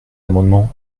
amendements